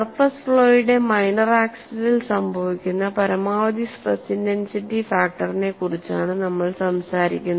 surface ഫ്ലോയുടെ minor ആക്സിസിൽ സംഭവിക്കുന്ന പരമാവധി സ്ട്രെസ് ഇന്റൻസിറ്റി ഫാക്ടറിനെക്കുറിച്ചാണ് നമ്മൾ സംസാരിക്കുന്നത്